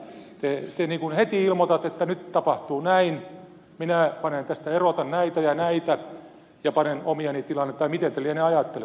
te heti ilmoitatte että nyt tapahtuu näin minä tästä erotan näitä ja näitä ja panen omiani tilalle tai miten te nyt mahdatte ajatella tämän asian